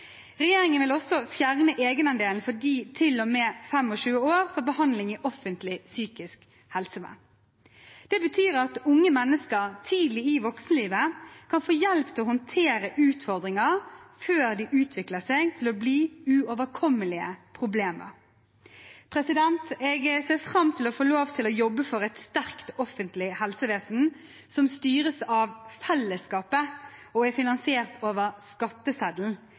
Regjeringen vil også fjerne egenandelen for dem til og med 25 år for behandling i offentlig psykisk helsevern. Det betyr at unge mennesker tidlig i voksenlivet kan få hjelp til å håndtere utfordringer før de utvikler seg til å bli uoverkommelige problemer. Jeg ser fram til å få lov til å jobbe for et sterkt offentlig helsevesen, som styres av fellesskapet og er finansiert over skatteseddelen.